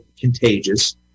contagious